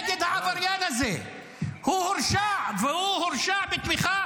הבן אדם הזה לא יודע להגיד מילה אחת אמת.